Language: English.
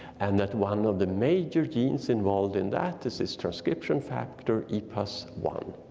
and that one of the major genes involved in that is this transcription factor e p a s one.